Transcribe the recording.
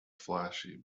flashy